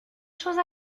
choses